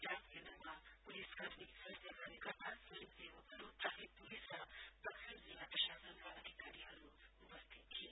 जाँच केन्द्रमा पुलिस कर्मी स्वास्थ्य कार्यकर्ता स्वयंसेवकहरू ट्राफिक पुलिस र दक्षिण जिल्ला प्रशासनका अधिकारीहरू उपस्थित थिए